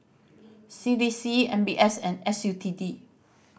C D C M B S and S U T D